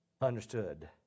understood